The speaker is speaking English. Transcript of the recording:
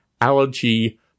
allergy